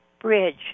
bridge